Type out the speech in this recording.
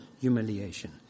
humiliation